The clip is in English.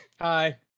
Hi